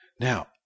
Now